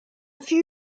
few